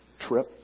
trip